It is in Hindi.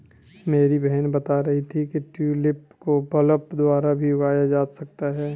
मेरी बहन बता रही थी कि ट्यूलिप को बल्ब द्वारा भी उगाया जा सकता है